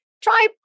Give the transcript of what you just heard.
Try